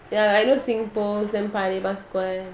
ya I know singpost then paya lebar square